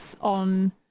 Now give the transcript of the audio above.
on